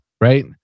right